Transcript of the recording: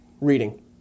Reading